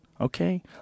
Okay